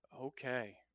Okay